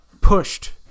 pushed